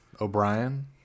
O'Brien